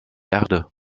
erde